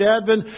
Advent